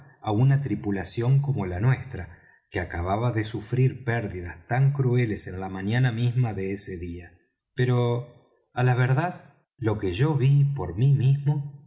á una tripulación como la nuestra que acababa de sufrir pérdidas tan crueles en la mañana misma de ese día pero á la verdad lo que yo ví por mí mismo